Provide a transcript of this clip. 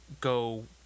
go